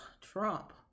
Trump